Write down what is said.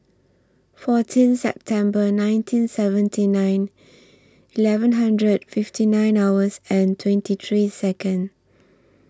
fourteen September nineteen seventy nine eleven hundred fifty nine hours and twenty three Second